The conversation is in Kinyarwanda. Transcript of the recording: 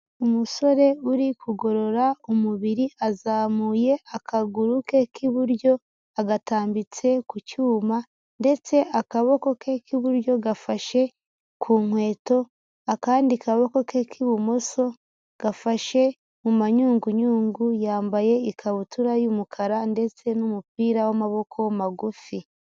Umusore uri kugorora umubiri azamuye akaguru ke k'iburyo agatambitse ku cyuma ndetse akaboko ke k'iburyo gafashe ku nkweto akandi kaboko ke k'ibumoso gafashe mu manyungunyungu, yambaye ikabutura y'umukara ndetse n'umupira w'amaboko magufi.